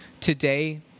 today